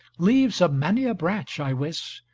leaves of many a branch i wis,